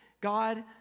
God